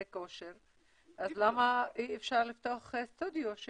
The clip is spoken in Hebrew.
כושר אז למה אי אפשר לפתוח סטודיו?